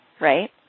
right